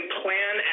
plan